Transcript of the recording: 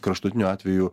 kraštutiniu atveju